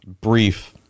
brief